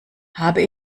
habe